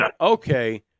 okay